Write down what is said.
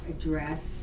address